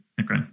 Okay